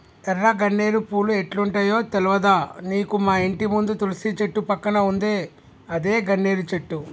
ఎర్ర గన్నేరు పూలు ఎట్లుంటయో తెల్వదా నీకు మాఇంటి ముందు తులసి చెట్టు పక్కన ఉందే అదే గన్నేరు చెట్టు